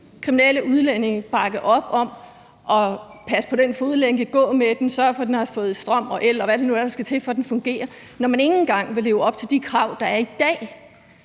kriminelle udlændinge bakke op om at passe på den fodlænke, gå med den og sørge for, at den har for strøm og el, og hvad der nu ellers skal til, for at den fungerer, når man ikke engang vil leve op til de krav, der i dag,